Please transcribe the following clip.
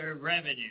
revenue